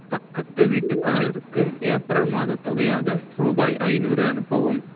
பக்கத்து வீட்டுக்காரருக்கு ஏப்ரல் மாதத் தொகையாக ரூபாய் ஐநூறு அனுப்பவும்